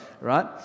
right